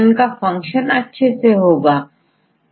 इनके जुड़ने से चतुर्थक संरचना बनेगी